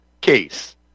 case